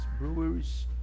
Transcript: breweries